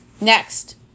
Next